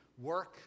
work